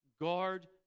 Guard